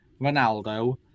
Ronaldo